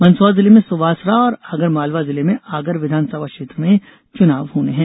मंदसौर जिले में सुवासरा और आगरमालवा जिले में आगर विधानसभा क्षेत्र में चुनाव होने हैं